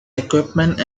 equipment